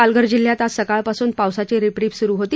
पालघर जिल्ह्यात आज सकाळपासून पावसाची रिपरिप सूरु होती